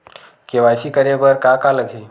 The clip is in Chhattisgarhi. के.वाई.सी करे बर का का लगही?